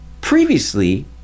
previously